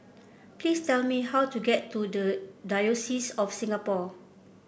please tell me how to get to the Diocese of Singapore